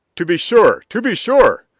to be sure, to be sure!